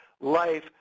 life